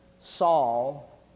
Saul